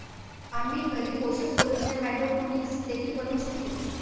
आम्ही घरी पोषक सोल्यूशन हायड्रोपोनिक्स देखील बनवू शकतो